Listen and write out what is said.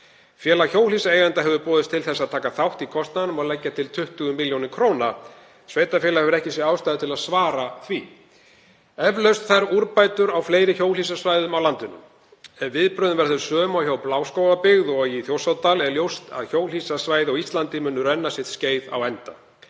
Félag hjólhýsaeigenda hefur boðist til að taka þátt í kostnaðinum og leggja til 20 millj. kr. en sveitarfélagið hefur ekki séð ástæðu til að svara því. Eflaust þarf úrbætur á fleiri hjólhýsasvæðum á landinu. Ef viðbrögðin verða þau sömu og hjá Bláskógabyggð og í Þjórsárdal er ljóst að hjólhýsasvæði á Íslandi munu renna sitt skeið á enda.